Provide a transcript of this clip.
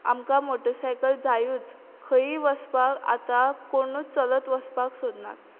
आमकां मोटसायकल जायूच खंयीय वसपाक आतां कोणूत चलत वसपाक सोदनात